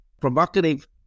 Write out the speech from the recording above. provocative